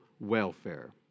Welfare